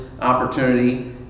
opportunity